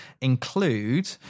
include